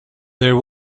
there